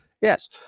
Yes